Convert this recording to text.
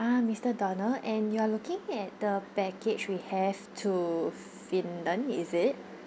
ah mister donald and you are looking at the package we have to finland is it